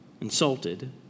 Insulted